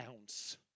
ounce